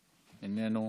איננו,